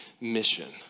mission